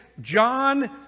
John